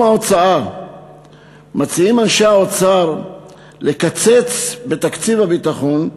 ההוצאה אנשי האוצר מציעים לקצץ בתקציב הביטחון,